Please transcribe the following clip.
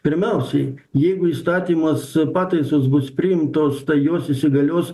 pirmiausiai jeigu įstatymas pataisos bus priimtos tai jos įsigalios